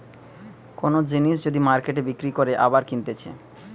কোন জিনিস যদি মার্কেটে বিক্রি করে আবার কিনতেছে